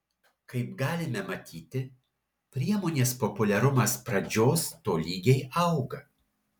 kaip galime matyti priemonės populiarumas pradžios tolygiai auga